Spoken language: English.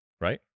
Right